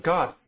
God